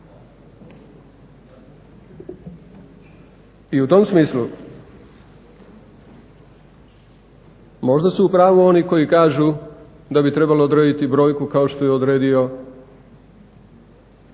I u tom smislu možda su u pravu oni koji kažu da bi trebalo odrediti brojku kao što ju je odredio